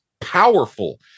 powerful